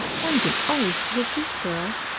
one can always be a goose girl!